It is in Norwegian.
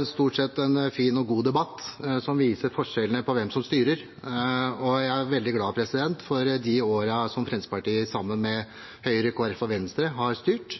det stort sett en fin og god debatt som viser forskjellen på hvem som styrer. Jeg er veldig glad for de årene som Fremskrittspartiet, sammen med Høyre, Kristelig Folkeparti og Venstre, har styrt